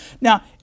Now